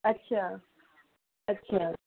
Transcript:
ਅੱਛਾ ਅੱਛਾ